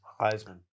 Heisman